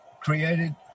created